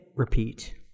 repeat